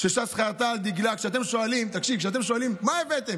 כשאתם שואלים מה הבאתם,